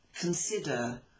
consider